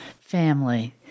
family